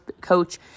coach